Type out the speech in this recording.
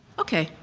okay,